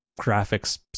graphics